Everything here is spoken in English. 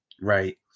Right